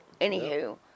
Anywho